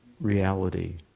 reality